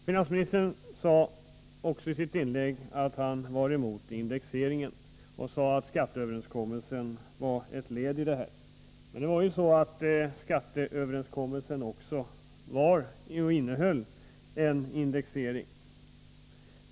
Finansministern sade i sitt inlägg att han var emot indexeringen och att skatteöverenskommelsen var ett led däri. Men skatteöverenskommelsen innehöll ju också en indexering.